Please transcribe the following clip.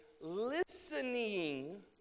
listening